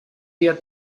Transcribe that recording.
día